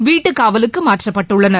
வீட்டுக் காவலுக்கு மாற்றப்பட்டுள்ளனர்